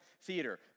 theater